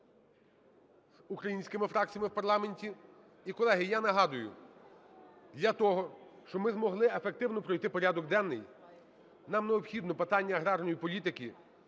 з українськими фракціями в парламенті. І, колеги, я нагадаю: для того щоб ми змогли ефективно пройти порядок денний, нам необхідно питання аграрної політики